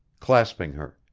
clasping her,